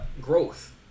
growth